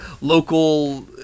local